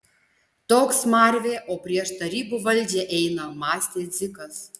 toks smarvė o prieš tarybų valdžią eina mąstė dzikas